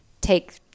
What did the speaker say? take